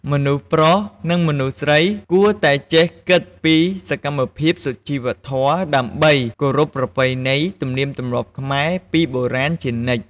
មនុស្សប្រុសនិងមនុស្សស្រី គួតែចេះគិតពីសកម្មភាពសុជីវធម៌ ដើម្បីគោរពប្រពៃណី ទំនៀមទម្លាប់ខ្មែរពីបុរាណជានិច្ច។